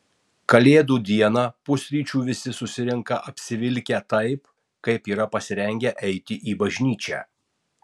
kalėdų dieną pusryčių visi susirenka apsivilkę taip kaip yra pasirengę eiti į bažnyčią